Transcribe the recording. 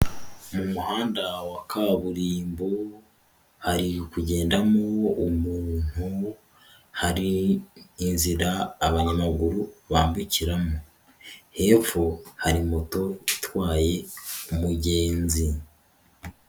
Mu muhanda wa kaburimbo, hari kugendamo umuntu, hari inzira abanyamaguru bambukiramo, hepfo hari moto itwaye umugenzi.